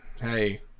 hey